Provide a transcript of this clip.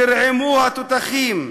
ירעמו התותחים.